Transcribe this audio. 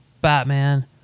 Batman